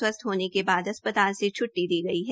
स्वस्थ होने के बाद अस्पताल से छुटटी दी गई है